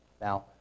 Now